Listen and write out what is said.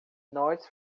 nós